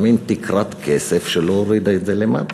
מין תקרת כסף שלא הורידה את זה למטה.